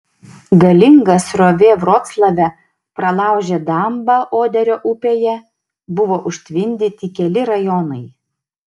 galinga srovė vroclave pralaužė dambą oderio upėje buvo užtvindyti keli rajonai